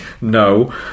no